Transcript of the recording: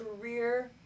career